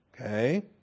Okay